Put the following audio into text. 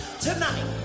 tonight